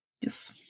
Yes